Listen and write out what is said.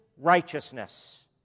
righteousness